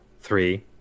Three